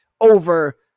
over